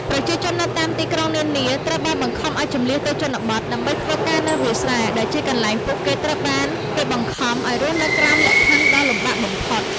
ប្រជាជននៅតាមទីក្រុងនានាត្រូវបានបង្ខំឱ្យជម្លៀសទៅជនបទ ដើម្បីធ្វើការនៅវាលស្រែ ដែលជាកន្លែងពួកគេត្រូវបានគេបង្ខំឱ្យរស់នៅក្រោមលក្ខខណ្ឌដ៏លំបាកបំផុត។